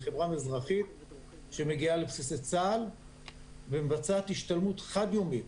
חברה אזרחית שמגיעה לבסיסי צה"ל ומבצעת השתלמות חד-יומית,